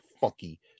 funky